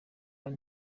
hano